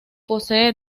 posee